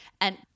And-